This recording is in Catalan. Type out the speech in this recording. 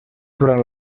durant